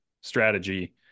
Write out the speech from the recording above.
strategy